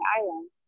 island